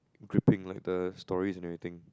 gripping like the stories and everything